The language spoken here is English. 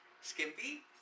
skimpy